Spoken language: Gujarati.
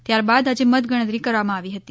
ત્યારબાદ આજે મતગણતરી કરવામાં આવી હતી